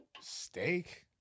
Steak